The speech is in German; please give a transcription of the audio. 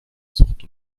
zucht